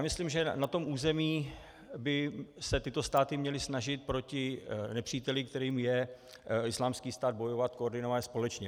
Myslím, že na tom území by se tyto státy měly snažit proti nepříteli, kterým je Islámský stát, bojovat koordinovaně, společně.